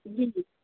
जी जी